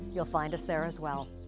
you'll find us there as well.